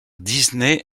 disney